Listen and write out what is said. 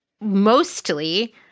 mostly